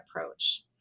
approach